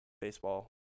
baseball